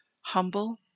humble